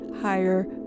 higher